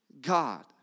God